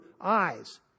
eyes